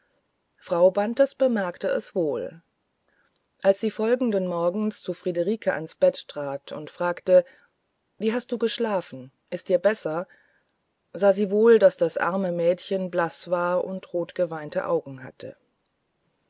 frau bantes bemerkte es wohl und als sie folgenden morgens zu friederike ans bett trat und fragte wie hast du geschlafen ist dir besser sah sie wohl daß das arme mädchen blaß war und rotgeweinte augen hatte